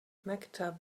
maktub